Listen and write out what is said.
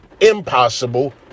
impossible